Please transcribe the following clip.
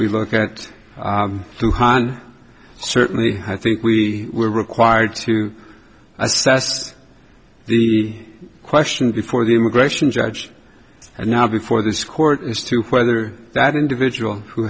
we look at two hon certainly i think we were required to assess the question before the immigration judge and now before this court as to whether that individual who